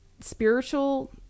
spiritual